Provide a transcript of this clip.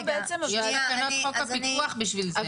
רגע, שנייה, אני, אני